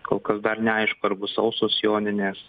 kol kas dar neaišku ar bus sausos joninės